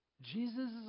Jesus